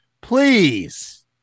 please